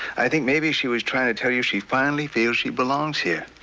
i think maybe she was trying to tell you she finally feels she belongs here.